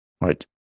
right